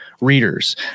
readers